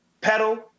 Pedal